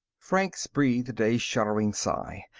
franks breathed a shuddering sigh.